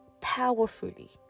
powerfully